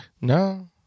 No